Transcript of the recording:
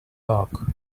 park